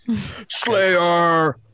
Slayer